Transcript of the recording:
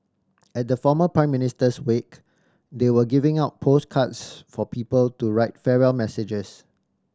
at the former Prime Minister's wake they were giving out postcards for people to write farewell messages